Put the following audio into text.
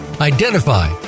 identify